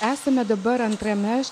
esame dabar antrame